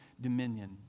dominion